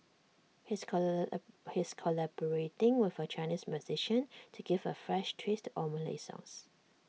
he is he is collaborating with A Chinese musician to give A fresh twist to old Malay songs